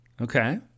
Okay